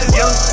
Young